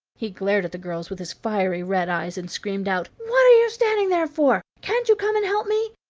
he glared at the girls with his fiery red eyes, and screamed out what are you standing there for? can't you come and help me?